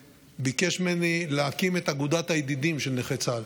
וביקש ממני להקים את אגודת הידידים של נכי צה"ל.